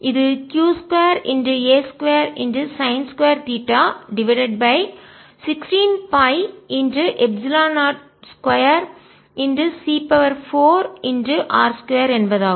இது q 2 a2சைன்2 theta divided by 16 by epsilon 0 2 c4 r2 என்பதாகும்